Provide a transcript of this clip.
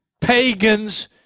pagans